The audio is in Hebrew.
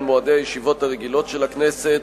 ההוראות לעניין מועדי הישיבות הרגילות של הכנסת,